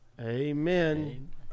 Amen